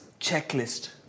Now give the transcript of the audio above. checklist